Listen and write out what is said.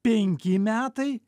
penki metai